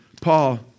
Paul